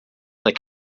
other